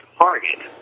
target